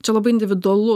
čia labai individualu